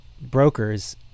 brokers